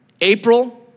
April